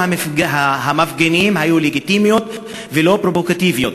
המפגינים היו לגיטימיות ולא פרובוקטיביות,